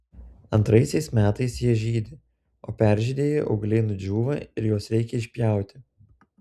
antraisiais metais jie žydi o peržydėję ūgliai nudžiūva ir juos reikia išpjauti